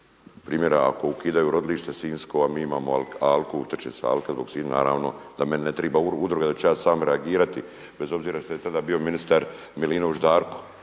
Primjera, ako ukidaju Rodilište sinjsko, a mi imamo alku … naravno da meni ne triba udruga da ću ja sam reagirati bez obzira što je tada bio ministar Milinović Darko